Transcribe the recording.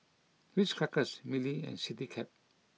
Ritz Crackers Mili and Citycab